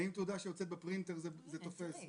האם תעודה שיוצאת בפרינטר זה תופס.